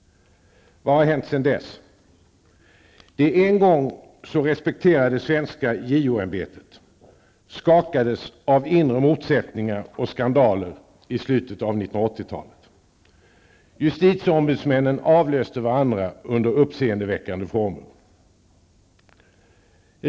Vad har hänt sedan dess? Det en gång så respekterade svenska JO-ämbetet skakades av inre motsättningar och skandaler i slutet av 1980-talet. Justitieombudsmännen avlöste varandra under uppseendeväckande former.